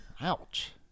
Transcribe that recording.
Ouch